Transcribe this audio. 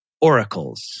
oracles